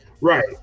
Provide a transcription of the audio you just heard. Right